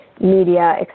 media